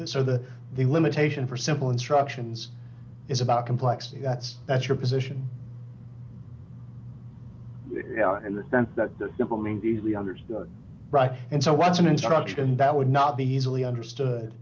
this or that the limitation for simple instructions is about complexity that's that's your position in the sense that simple means easily understood right and so was an instruction that would not be easily understood